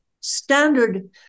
standard